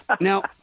Now